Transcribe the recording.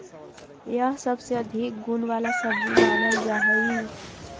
यह सबसे अधिक गुण वाला सब्जी मानल जा हई